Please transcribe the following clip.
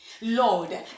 Lord